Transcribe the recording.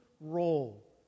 role